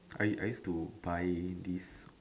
I I used to buy this